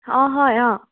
অঁ হয় অঁ